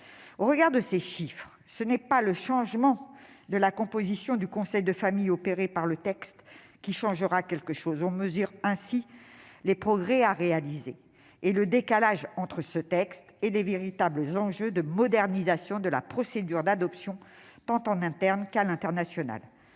Au regard de ces chiffres, ce n'est pas le changement de la composition du conseil de famille opéré par le texte qui résoudra le problème. On mesure ainsi les progrès à réaliser et le décalage entre ce texte et les véritables enjeux de modernisation de la procédure d'adoption, tant à l'intérieur